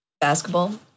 Basketball